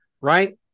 Right